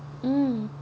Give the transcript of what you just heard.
mm